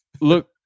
look